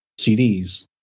CDs